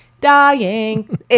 Dying